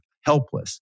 helpless